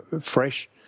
fresh